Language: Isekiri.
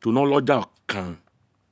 ti o ne olaja okan